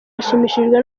ashimishijwe